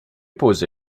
pose